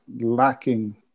lacking